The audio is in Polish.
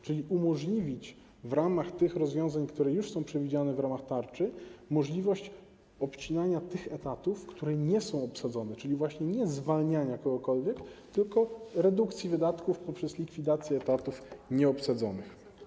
Chodzi o to, żeby w ramach tych rozwiązań, które już są przewidziane w tarczy, umożliwić obcinanie tych etatów, które nie są obsadzone, czyli właśnie nie zwalnianie kogokolwiek, tylko redukcja wydatków poprzez likwidację etatów nieobsadzonych.